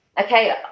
okay